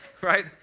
right